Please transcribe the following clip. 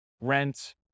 rent